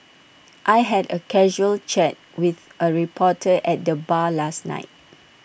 I had A casual chat with A reporter at the bar last night